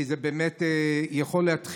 כי זה באמת יכול להתחיל,